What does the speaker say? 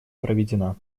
проведена